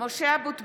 (קוראת בשמות חברי הכנסת) משה אבוטבול,